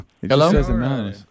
Hello